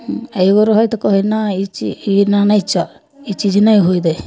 एगो रहै हइ तऽ कहै हइ नहि ई चीज एना नहि चल ई चीज नहि होइ दही